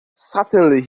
certainly